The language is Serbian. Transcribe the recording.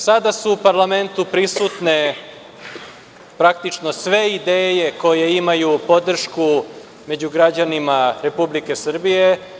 Sada su u parlamentu prisutne praktično sve ideje koje imaju podršku među građanima Republike Srbije.